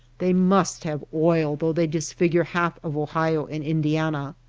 they must have oil though they disfigure half of ohio and indiana,